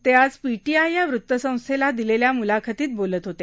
ते आज पीटीआय या वृतसंस्थेला दिलेल्या मुलाखतीत बोलत होते